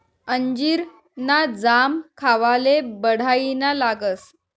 अंजीर ना जाम खावाले बढाईना लागस